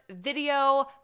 video